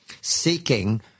seeking